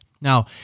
Now